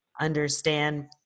understand